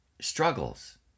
struggles